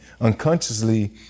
unconsciously